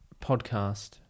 podcast